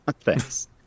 Thanks